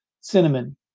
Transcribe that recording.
Cinnamon